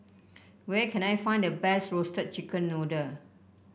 where can I find the best Roasted Chicken Noodle